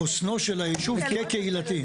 חוסנו של היישוב כקהילתי.